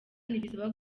ntibisaba